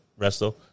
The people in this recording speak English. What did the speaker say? resto